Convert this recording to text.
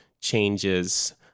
changes